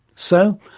so,